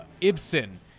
Ibsen